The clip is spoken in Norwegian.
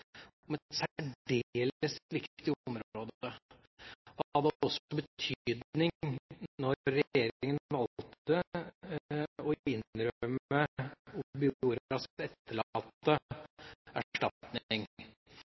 særdeles viktig område. Det hadde også betydning da regjeringa valgte å innrømme Obioras etterlatte